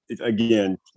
again